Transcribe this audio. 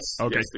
Okay